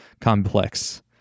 complex